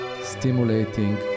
stimulating